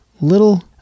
Little